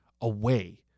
away